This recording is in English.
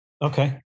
Okay